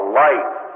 life